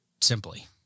simply